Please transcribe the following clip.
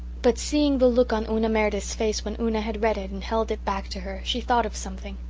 but, seeing the look on una meredith's face when una had read it and held it back to her, she thought of something.